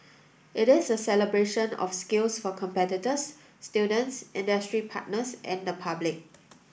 it is a celebration of skills for competitors students industry partners and the public